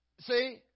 See